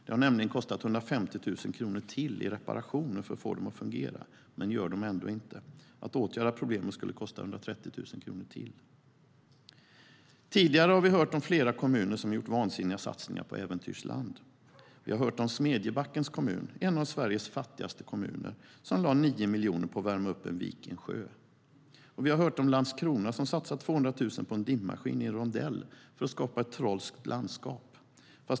Det har nämligen kostat 150 000 kronor i reparationer för att få metallkonerna att fungera, men det gör de ändå inte. Att åtgärda problemet skulle kosta 130 000 kronor till. Tidigare har vi hört om flera kommuner som gjort vansinniga satsningar på äventyrsland. Vi har hört om Smedjebackens kommun, en av Sveriges fattigaste kommuner, som lade 9 miljoner på att värma upp en vik i en sjö. Vi har också hört om Landskrona, som satsade 200 000 på en dimmaskin i en rondell för att skapa ett "trolskt landskap".